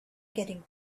getting